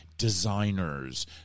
designers